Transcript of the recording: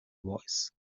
voice